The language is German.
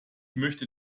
möchte